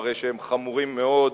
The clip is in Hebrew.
הרי שהם חמורים מאוד,